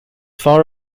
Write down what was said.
far